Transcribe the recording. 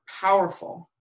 powerful